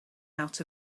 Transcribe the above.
out